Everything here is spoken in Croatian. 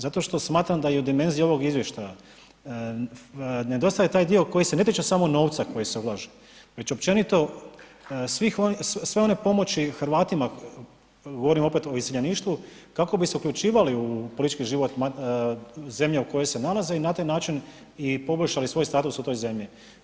Zato što smatram da i u dimenziji ovog izvještaja nedostaje taj dio koji se ne tiče samo novca koji se ulaže već općenito sve one pomoći Hrvatima, govorim opet o iseljeništvu, kako bi se uključivali u politički zemlje u kojoj se nalaze i na taj način i poboljšali svoj status u toj zemlji.